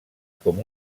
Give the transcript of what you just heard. com